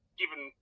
given